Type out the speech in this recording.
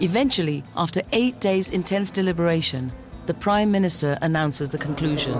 eventually after eight days intense deliberation the prime minister announces the conclusion